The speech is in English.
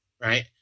right